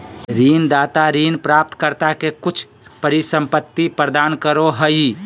ऋणदाता ऋण प्राप्तकर्ता के कुछ परिसंपत्ति प्रदान करो हइ